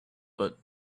but